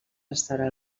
restaurar